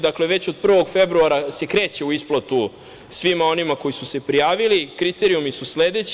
Dakle, već od 1. februara se kreće u isplatu svima onima koji su se prijavili, kriterijumi su sledeći.